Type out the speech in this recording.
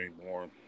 anymore